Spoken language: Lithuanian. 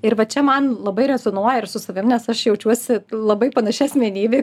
ir va čia man labai rezonuoja ir su savim nes aš jaučiuosi labai panaši asmenybė